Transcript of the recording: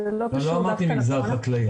לא אמרתי מגזר חקלאי.